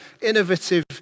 innovative